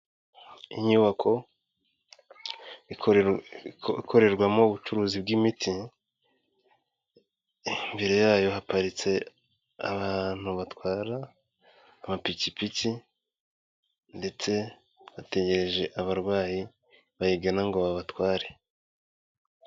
Inyubako ikorerwamo ubucuruzi bw'imiti mbere yayo haparitse abantu batwara amapikipiki ndetse bategereje abarwayi bayigana ngo babatware.